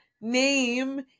name